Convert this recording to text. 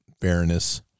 fairness